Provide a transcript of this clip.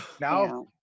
now